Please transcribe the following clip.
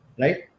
right